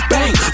Bang